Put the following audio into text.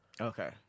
Okay